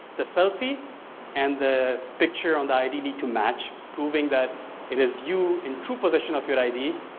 the selfie and the picture on the id need to match proving that it is you in true position of your id,